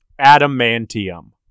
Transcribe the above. Adamantium